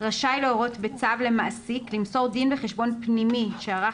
רשאי להורות בצו למעסיק למסור דין וחשבון פנימי שערך